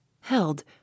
held